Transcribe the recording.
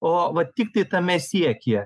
o va tiktai tame siekyje